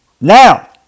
Now